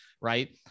right